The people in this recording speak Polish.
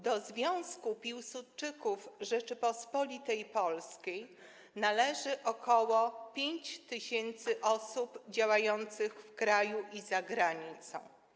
Do Związku Piłsudczyków Rzeczypospolitej Polskiej należy ok. 5 tys. osób działających w kraju i za granicą.